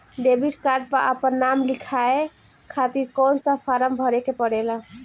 Debit card पर आपन नाम लिखाये खातिर कौन सा फारम भरे के पड़ेला?